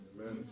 Amen